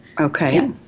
okay